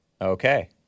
Okay